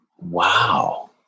wow